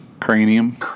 Cranium